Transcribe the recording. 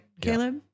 Caleb